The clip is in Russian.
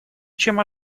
чем